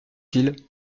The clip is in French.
ils